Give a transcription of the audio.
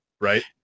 right